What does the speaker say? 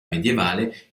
medievale